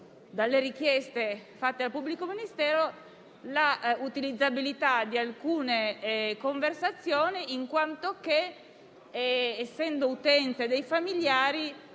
dalle richieste fatte al pubblico ministero l'utilizzabilità di alcune conversazioni, in quanto, trattandosi di utenze dei familiari,